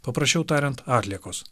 paprasčiau tariant atliekos